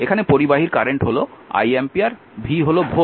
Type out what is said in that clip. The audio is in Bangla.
এখানে পরিবাহীর কারেন্ট হল i অ্যাম্পিয়ার v হল ভোল্ট